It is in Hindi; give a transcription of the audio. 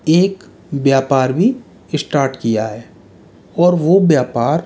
एक व्यापार भी स्टार्ट किया है और वो व्यापार